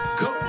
go